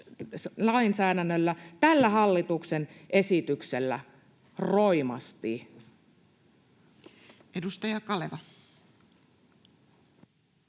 lainsäädännöllä, tällä hallituksen esityksellä roimasti. [Speech